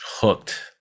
Hooked